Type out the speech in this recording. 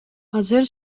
азыр